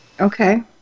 Okay